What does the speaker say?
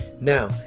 Now